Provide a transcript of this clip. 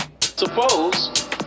Suppose